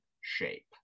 shape